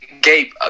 Gabe